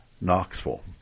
Knoxville